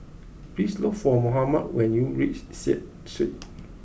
please look for Mohamed when you reach Seah Street